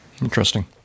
Interesting